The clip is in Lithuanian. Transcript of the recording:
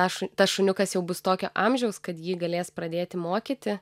aš tas šuniukas jau bus tokio amžiaus kad ji galės pradėti mokyti